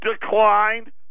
declined